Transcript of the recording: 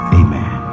amen